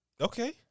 Okay